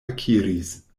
akiris